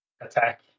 Attack